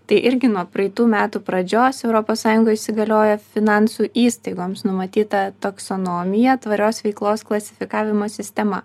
tai irgi nuo praeitų metų pradžios europos sąjungoj įsigalioja finansų įstaigoms numatyta taksonomija tvarios veiklos klasifikavimo sistema